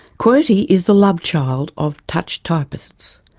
qwerty is the love child of touch typists.